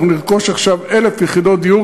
אנחנו נרכוש עכשיו 1,000 יחידות דיור